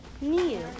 new